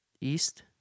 east